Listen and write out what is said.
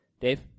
Dave